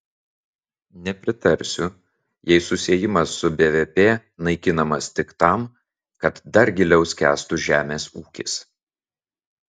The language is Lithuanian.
nepritarsiu jei susiejimas su bvp naikinamas tik tam kad dar giliau skęstų žemės ūkis